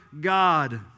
God